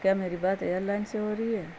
کیا میری بات ایئر لائن سے ہو رہی ہے